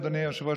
אדוני היושב-ראש,